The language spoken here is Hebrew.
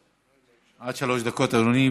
עד שלוש דקות, אדוני.